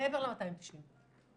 מעבר ל-290.